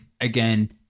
again